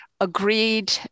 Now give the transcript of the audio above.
agreed